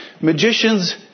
Magicians